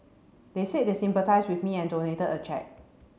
they said they sympathised with me and donated a cheque